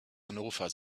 hannover